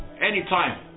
anytime